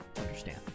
understand